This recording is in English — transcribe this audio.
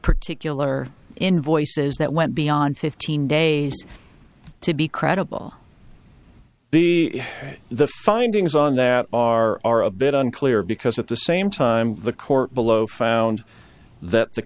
particular invoices that went beyond fifteen days to be credible the the findings on that are are a bit unclear because at the same time the court below found that the